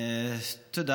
תודה.